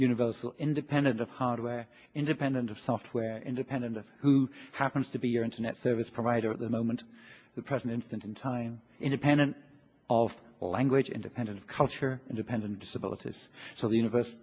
universal independent of hardware independent of software independent of who happens to be your internet service provider at the moment the present instant in time independent of language independent culture independent disabilities so the universe